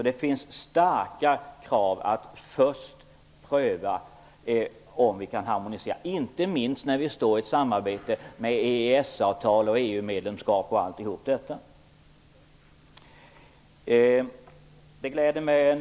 Det finns alltså starka krav på att först pröva en harmonisering, inte minst när vi har ett samarbete genom ett EES avtal och står inför ett eventuellt EU-medlemskap m.m.